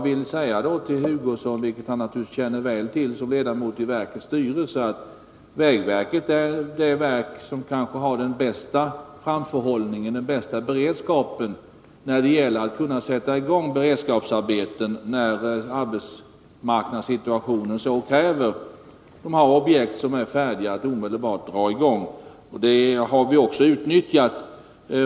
Vägverket är det verk som har den kanske bästa framförhållningen och den bästa beredskapen när det gäller att kunna sätta i gång beredskapsarbeten när arbetsmarknadssituationen så kräver. Vägverket har objekt som är färdiga att omedelbart dra i gång. Det har vi också utnyttjat.